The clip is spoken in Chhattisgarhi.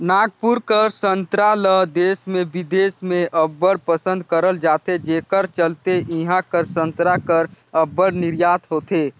नागपुर कर संतरा ल देस में बिदेस में अब्बड़ पसंद करल जाथे जेकर चलते इहां कर संतरा कर अब्बड़ निरयात होथे